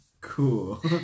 Cool